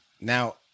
Now